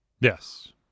Yes